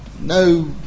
no